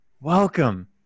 welcome